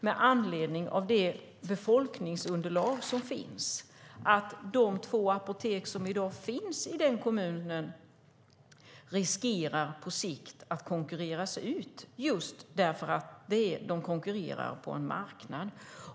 Med tanke på det befolkningsunderlag som finns är risken ganska stor att de två apotek som i dag finns i kommunen på sikt konkurreras ut - eftersom de konkurrerar på en marknad.